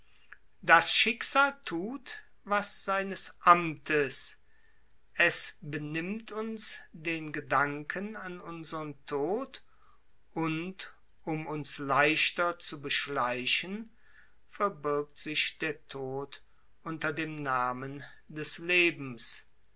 das schicksal thut was seines amtes es benimmt uns den gedanken an unsern tod und um uns leichter zu beschleichen verbirgt sich der tod unter dem namen des lebens